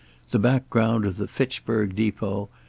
the background of the fitchburg depot,